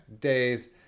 days